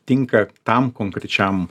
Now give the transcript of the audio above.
tinka tam konkrečiam